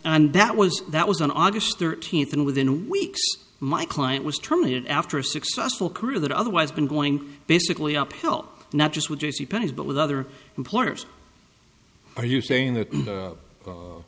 and that was that was on august thirteenth and within weeks my client was terminated after a successful career that otherwise been going basically apel not just with j c penneys but with other employers are you saying that